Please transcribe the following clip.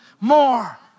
more